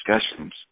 discussions